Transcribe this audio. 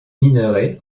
minerai